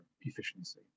efficiency